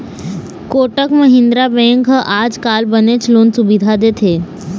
Kotak Mahindra bank ह आजकाल बनेच लोन सुबिधा देवत हे